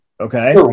Okay